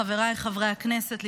חבריי חברי הכנסת,